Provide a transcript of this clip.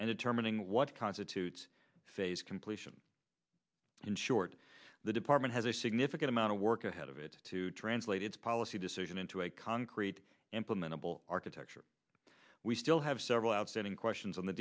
and a terminating what constitutes phase completion in short the department has a significant amount of work ahead of it to translate its policy decision into a concrete implementable architecture we still have several outstanding questions on the